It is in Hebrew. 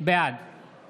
בעד